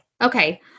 Okay